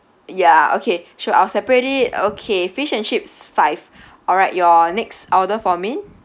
ya okay sure I will separate it okay fish and chips five alright your next order for main